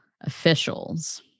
officials